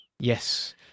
Yes